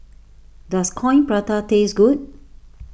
does Coin Prata taste good